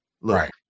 Right